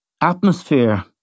atmosphere